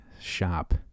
shop